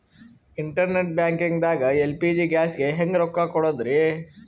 Internet banking ದಾಗ LPG ಗ್ಯಾಸ್ಗೆ ಹೆಂಗ್ ರೊಕ್ಕ ಕೊಡದ್ರಿ?